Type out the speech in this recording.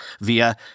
via